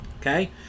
okay